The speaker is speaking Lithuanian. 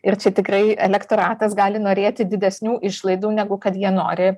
ir čia tikrai elektoratas gali norėti didesnių išlaidų negu kad jie nori